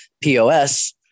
POS